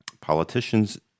Politicians